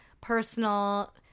personal